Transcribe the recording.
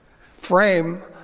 frame